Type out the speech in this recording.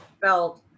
belt